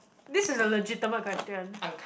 this is a legitimate question